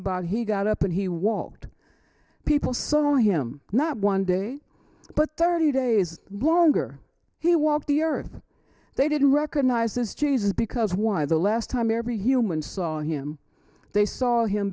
about he got up and he walked people saw him not one day but thirty day is longer he walked the earth they didn't recognize this jesus because why the last time every human saw him they saw him